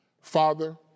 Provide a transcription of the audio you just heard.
Father